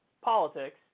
politics